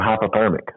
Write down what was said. hypothermic